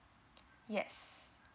yes